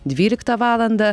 dvyliktą valandą